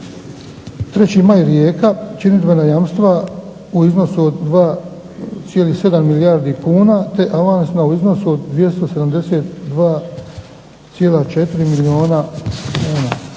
3. maj Rijeka činidbena jamstva u iznosu od 2,7 milijardi kuna te avansna u iznosu od 272,4 milijuna kuna